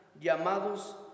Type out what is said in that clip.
llamados